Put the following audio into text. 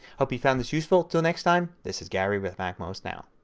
hope you found this useful. until next time this is gary with macmost now.